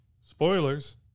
Spoilers